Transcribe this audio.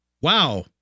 wow